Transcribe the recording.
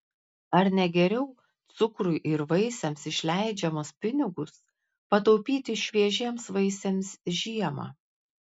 ar ne geriau cukrui ir vaisiams išleidžiamas pinigus pataupyti šviežiems vaisiams žiemą